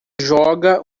joga